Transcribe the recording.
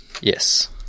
Yes